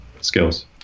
skills